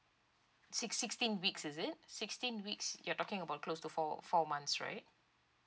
six sixteen weeks is it sixteen weeks you're talking about close to four four months right